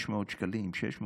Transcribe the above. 500 שקלים, 600 שקלים.